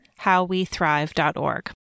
howwethrive.org